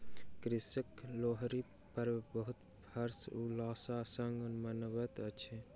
कृषक लोहरी पर्व बहुत हर्ष उल्लास संग मनबैत अछि